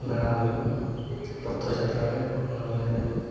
ᱢᱮᱞᱟ ᱦᱩᱭᱩᱜᱼᱟ ᱨᱚᱛᱷᱚ ᱡᱟᱛᱨᱟ ᱨᱮ ᱟᱞᱮ ᱢᱮᱞᱟ ᱧᱮᱞ